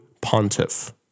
pontiff